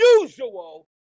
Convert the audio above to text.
usual